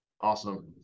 Awesome